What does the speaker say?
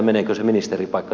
arvoisa puhemies